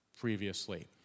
previously